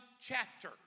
chapter